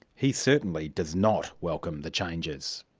he certainly does not welcome the changes.